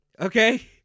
okay